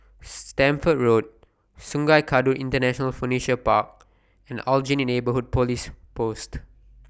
Stamford Road Sungei Kadut International Furniture Park and Aljunied Neighbourhood Police Post